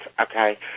okay